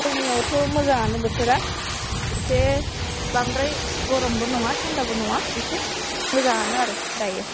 जोंनियावथ' मोजाङानो बोथोर एसे बांद्राय गरमबो नङा थानदाबो नङा एसे मोजाङानो आरो दायो